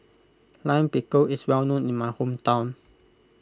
Lime Pickle is well known in my hometown